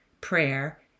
prayer